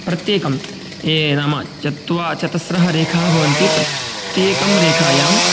प्रत्येकं ये नाम चत्वा चतस्रः रेखा भवन्ति प्रत्येकं रेखायां